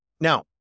Now